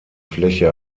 fläche